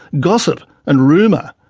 gossip, and rumour.